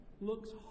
looks